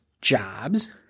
jobs